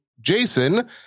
Jason